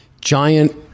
giant